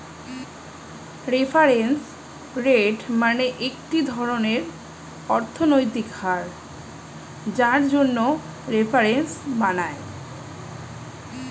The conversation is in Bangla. রেফারেন্স রেট মানে একটি ধরনের অর্থনৈতিক হার যার জন্য রেফারেন্স বানায়